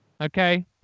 okay